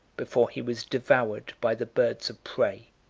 before he was devoured by the birds of prey.